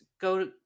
go